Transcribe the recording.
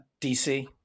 DC